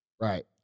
Right